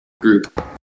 group